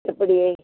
எப்படி